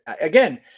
again